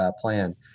plan